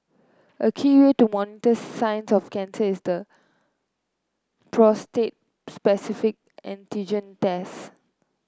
a key way to monitor signs of the cancer is the prostate specific antigen tests